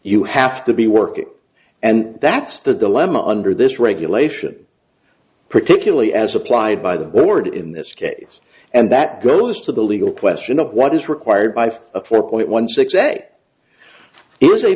you have to be working and that's the dilemma under this regulation particularly as applied by the board in this case and that goes to the legal question of what is required by a four point one six